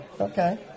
Okay